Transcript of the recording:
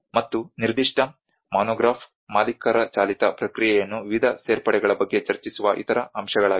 ಮತ್ತು ನಿರ್ದಿಷ್ಟ ಮೊನೊಗ್ರಾಫ್ ಮಾಲೀಕರ ಚಾಲಿತ ಪ್ರಕ್ರಿಯೆಯನ್ನು ವಿವಿಧ ಸೇರ್ಪಡೆಗಳ ಬಗ್ಗೆ ಚರ್ಚಿಸುವ ಇತರ ಅಂಶಗಳಿವೆ